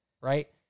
right